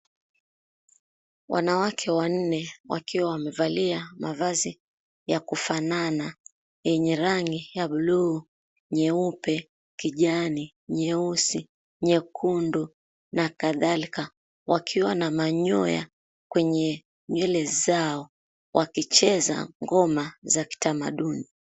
Wanawake wanne, wakiwa wamevalia mavazi ya kufanana, yenye rangi ya bluu, nyeupe, kijani, nyeusi, nyekundu na kadhalika, wakiwa na manyoya kwenye nywele zao wakicheza ngoma za kitamaduni.